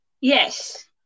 Yes